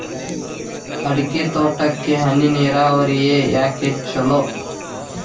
ಅಡಿಕೆ ತೋಟಕ್ಕ ಹನಿ ನೇರಾವರಿಯೇ ಯಾಕ ಛಲೋ?